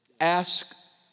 ask